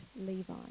Levi